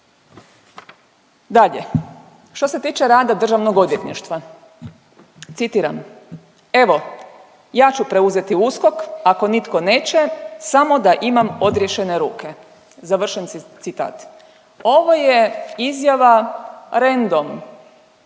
Dalje, što se tiče rada Državnog odvjetništva, citiram, evo ja ću preuzeti USKOK ako nitko neće samo da imam odriješene ruke. Završen citat. Ovo je izjava random